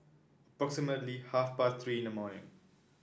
approximately half past Three in the morning